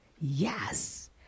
Yes